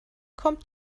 kommt